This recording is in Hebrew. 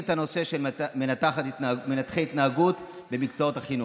את הנושא של מנתחי התנהגות במקצועות החינוך.